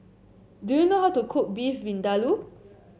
do you know how to cook Beef Vindaloo